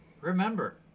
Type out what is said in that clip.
remember